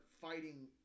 fighting